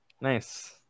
Nice